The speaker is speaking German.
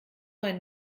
ein